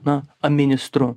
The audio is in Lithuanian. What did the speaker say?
na ministru